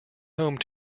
home